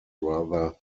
rather